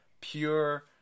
pure